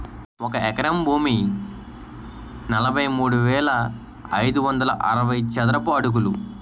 ఒక ఎకరం భూమి నలభై మూడు వేల ఐదు వందల అరవై చదరపు అడుగులు